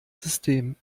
system